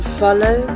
follow